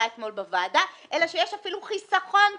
אתמול בוועדה אלא שיש אפילו חסכון תקציבי.